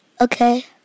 Okay